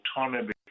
autonomy